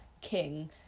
king